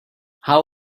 how